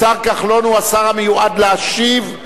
השר כחלון הוא השר המיועד להשיב.